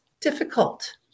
difficult